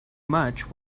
much